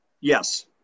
Yes